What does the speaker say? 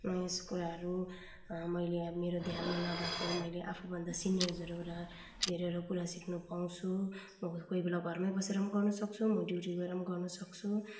नयाँ कुराहरू मैले अब मेरो ध्यानमा नभएको मैले आफूभन्दा सिनियर्सहरूबाट धेरैवटा कुरा सिक्नु पाउँछु कोही बेला घरमै बसेर पनि गर्नु सक्छु म ड्युटी गएर पनि गर्नु सक्छु